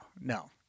no